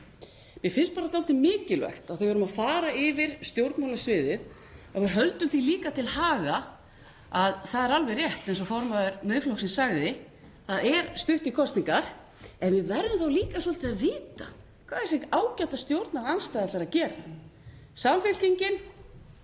Mér finnst bara dálítið mikilvægt þegar við erum að fara yfir stjórnmálasviðið að við höldum því líka til haga að það er alveg rétt sem formaður Miðflokksins sagði, það er stutt í kosningar, en við verðum þá líka svolítið að vita hvað þessi ágæta stjórnarandstaða ætlar að gera. Samfylkingin